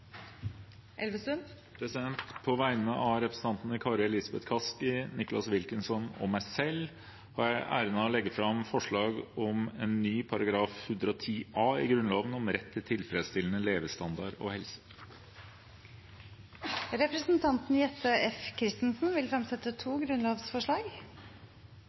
På vegne av representantene Kari Elisabeth Kaski, Nicholas Wilkinson og meg selv har jeg æren av å legge fram forslag om ny § 110 a i Grunnloven, om rett til tilfredsstillende levestandard og helse. Representanten Jette F. Christensen vil fremsette to grunnlovsforslag.